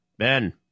Ben